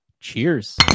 Cheers